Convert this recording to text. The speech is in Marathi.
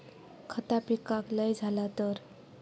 खता पिकाक लय झाला तर?